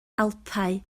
alpau